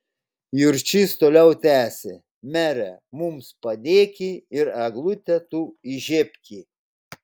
jurčys toliau tęsė mere mums padėki ir eglutę tu įžiebki